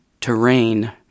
terrain